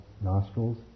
nostrils